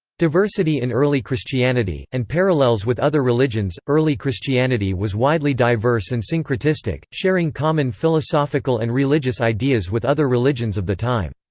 diversity in early christianity, and parallels with other religions early christianity was widely diverse and syncretistic, sharing common philosophical and religious ideas with other religions of the time.